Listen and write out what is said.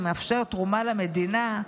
שמאפשר תרומה למדינה,